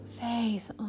face